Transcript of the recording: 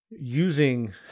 using